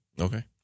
Okay